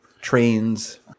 Trains